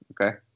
okay